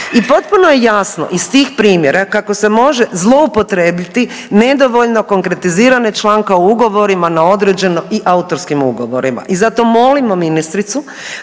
i potpuno je jasno iz tih primjera kako se može zloupotrijebiti nedovoljno konkretizirane članke u ugovorima na određeno i autorskim ugovorima i zato molimo ministricu